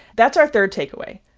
that's our third takeaway.